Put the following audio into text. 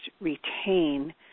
retain